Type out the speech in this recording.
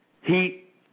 Heat